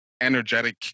energetic